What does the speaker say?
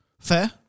fair